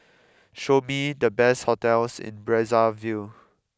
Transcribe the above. show me the best hotels in Brazzaville